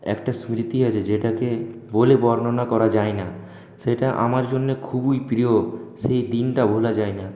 একটা স্মৃতি আছে যেটাকে বলে বর্ণনা করা যায় না সেটা আমার জন্য খুবই প্রিয় সেই দিনটা ভোলা যায় না